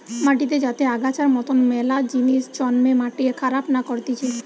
মাটিতে যাতে আগাছার মতন মেলা জিনিস জন্মে মাটিকে খারাপ না করতিছে